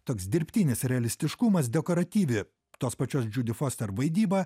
toks dirbtinis realistiškumas dekoratyvi tos pačios džiudi foster vaidyba